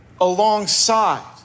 Alongside